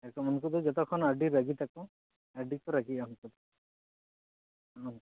ᱮᱠᱫᱚᱢ ᱩᱱᱠᱩ ᱫᱚ ᱡᱚᱛᱚ ᱠᱷᱚᱱ ᱟᱹᱰᱤ ᱨᱟᱹᱜᱤ ᱛᱟᱠᱚ ᱟᱹᱰᱤ ᱠᱚ ᱨᱟᱹᱜᱤᱭᱟ ᱩᱱᱠᱩ ᱫᱚ ᱦᱩᱸ